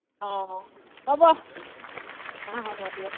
অঁ হ'ব অঁ হ'ব দিয়ক